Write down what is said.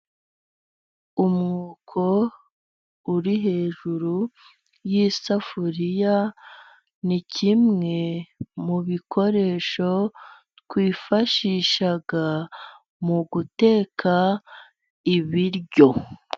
Umwuko uri hejuru y'isafuriya, ni kimwe mu bikoresho twifashisha mu guteka ibiryo.